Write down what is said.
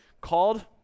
called